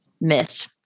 missed